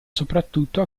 soprattutto